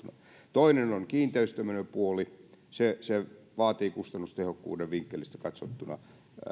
toinen on kiinteistömenojen puoli se se vaatii kustannustehokkuuden vinkkelistä katsottuna